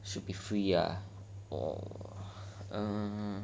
should be free ah err